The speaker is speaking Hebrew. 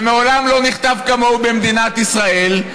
שמעולם לא נכתב כמוהו במדינת ישראל,